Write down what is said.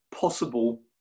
possible